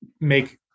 make